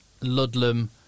Ludlam